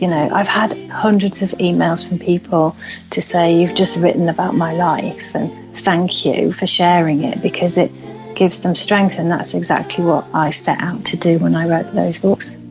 you know i've had hundreds of emails from people to say, you've just written about my life and thank you for sharing it because it gives them strength, and that's exactly what i set out to do when i wrote those books.